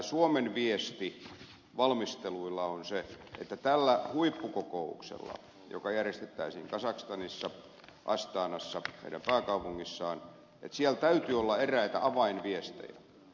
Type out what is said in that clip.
suomen viesti valmisteluissa on se että tällä huippukokouksella joka järjestettäisiin kazakstanissa astanassa heidän pääkaupungissaan täytyy olla eräitä avainviestejä